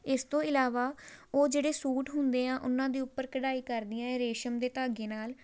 ਇਸ ਤੋਂ ਇਲਾਵਾ ਉਹ ਜਿਹੜੇ ਸੂਟ ਹੁੰਦੇ ਆ ਉਹਨਾਂ ਦੇ ਉੱਪਰ ਕਢਾਈ ਕਰਦੀਆਂ ਰੇਸ਼ਮ ਦੇ ਧਾਗੇ ਨਾਲ